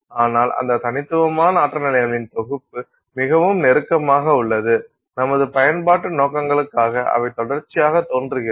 ஆனால் அந்த தனித்துவமான ஆற்றல் நிலைகளின் தொகுப்பு மிகவும் நெருக்கமாக உள்ளது நமது பயன்பாட்டு நோக்கங்களுக்காக அவை தொடர்ச்சியாக தோன்றுகிறது